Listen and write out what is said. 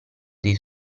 dei